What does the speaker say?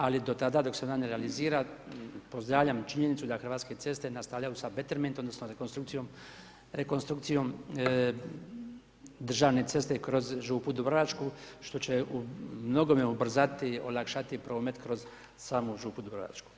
Ali do tada dok se ona ne realizira pozdravljam činjenicu da Hrvatske ceste nastavljaju sa betermentom odnosno rekonstrukcijom državne ceste kroz Župu Dubrovačku što će u mnogome ubrzati, olakšati promet kroz samu Župu dubrovačku.